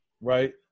Right